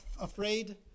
afraid